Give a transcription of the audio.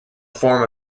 form